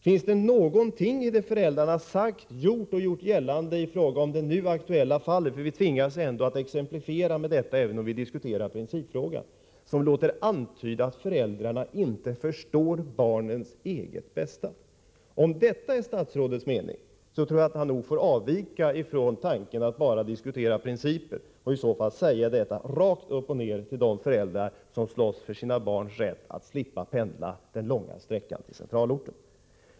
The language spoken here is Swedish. Finns det någonting i det som föräldrarna gjort eller gjort gällande i fråga om det nu aktuella fallet — för vi tvingas väl ändå att exemplifiera med detta, även om vi diskuterar principfrågan — som låter antyda att föräldrarna inte förstår barnens eget bästa? Om detta är statsrådets mening, tror jag att han får avvika från tanken att bara diskutera principer och ge detta besked direkt till de föräldrar som slåss för sina barns rätt att slippa pendla den långa sträckan till centralorten.